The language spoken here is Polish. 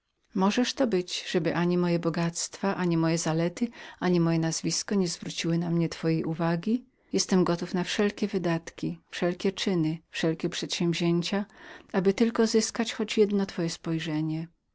możeż to być żeby ani moje bogactwa ani moje męztwo ani nazwisko nie zwróciły na siebie twojej uwagi jestem gotów na wszelkie wydatki wszelkie czyny wszelkie przedsięwzięcia aby tylko zyskać choć jedno twoje spojrzenie